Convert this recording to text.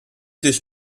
durch